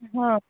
हो